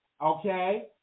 okay